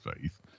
faith